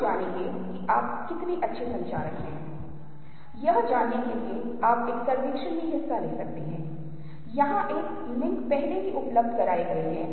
हम इन में नहीं जाएंगे लेकिन बहुत जल्दी आप देखते हैं कि उत्तेजना हमारे मस्तिष्क संवेदनाओं में संचारित होती है तो उस समय यह किसी भी अर्थ या व्याख्या से रहित होता है